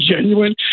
genuine